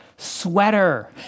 sweater